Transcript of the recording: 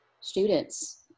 students